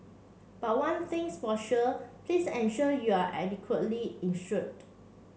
but one thing's for sure please ensure you are adequately insured